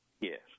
Yes